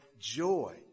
joy